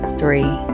three